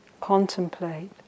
contemplate